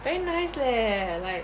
very nice leh like